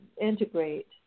integrate